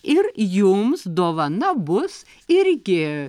ir jums dovana bus irgi